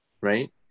right